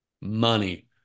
money